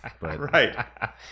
right